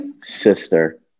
sister